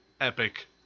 epic